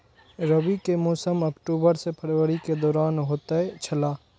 रबी के मौसम अक्टूबर से फरवरी के दौरान होतय छला